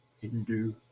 Hindu